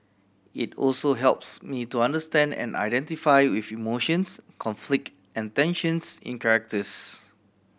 it also helps me to understand and identify with emotions conflict and tensions in characters